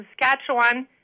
Saskatchewan